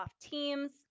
Teams